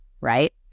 right